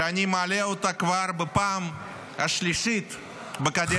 שאני מעלה אותה כבר בפעם השלישית בקדנציה הזאת.